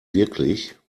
wirklich